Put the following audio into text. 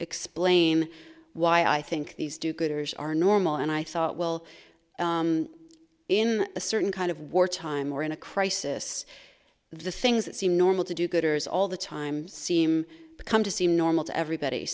explain why i think these do gooders are normal and i thought well in a certain kind of wartime or in a crisis the things that seem normal to do gooders all the time seem to come to seem normal to everybody